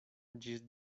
ĝis